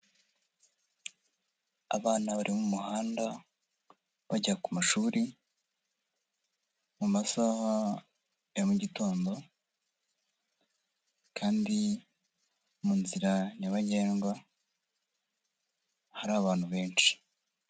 Abana bari mu muhanda bajya ku mashuri mu masaha ya mu gitondo kandi mu nzira nyabagendwa hari abantu benshi.